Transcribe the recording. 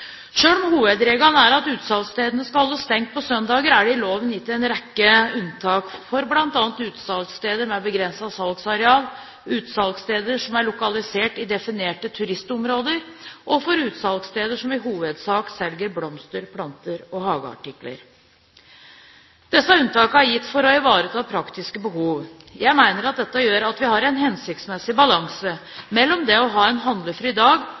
om hovedregelen er at utsalgsstedene skal holdes stengt på søndager, er det i loven gitt en rekke unntak for bl.a. utsalgssteder med begrenset salgsareal, utsalgssteder som er lokalisert i definerte turistområder, og utsalgssteder som i hovedsak selger blomster, planter og hageartikler. Disse unntakene er gitt for å ivareta praktiske behov. Jeg mener dette gjør at vi har en hensiktsmessig balanse mellom det å ha en